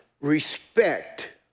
respect